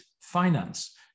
finance